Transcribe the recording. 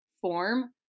form